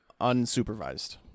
unsupervised